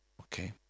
Okay